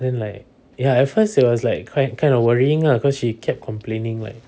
then like ya at first it was like kind kind of worrying lah cause she kept complaining like